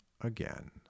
again